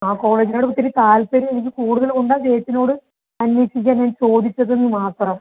ആ കോളേജിനോട് ഒത്തിരി താല്പര്യം എനിക്ക് കൂടുതൽ കൊണ്ടാ ചേച്ചീനോട് അന്വേഷിക്കാനായി ചോദിച്ചതെന്ന് മാത്രം